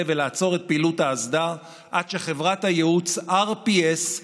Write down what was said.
ולעצור את פעילות האסדה עד שחברת הייעוץ RPS,